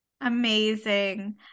Amazing